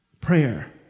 Prayer